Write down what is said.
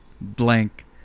blank